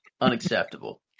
Unacceptable